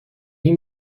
این